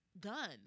guns